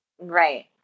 Right